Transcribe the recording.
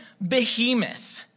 behemoth